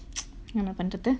என்ன பண்றது:enna panrathu